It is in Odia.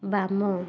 ବାମ